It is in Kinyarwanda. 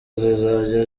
zizajya